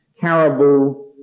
caribou